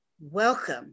welcome